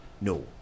No